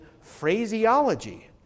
phraseology